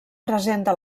presenta